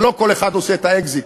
שלא כל אחד עושה את האקזיט,